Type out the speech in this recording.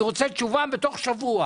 אני רוצה תשובה בתוך שבוע